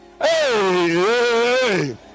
Hey